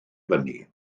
fyny